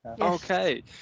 Okay